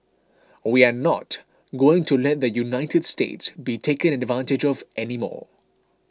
we are not going to let the United States be taken advantage of any more